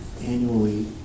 annually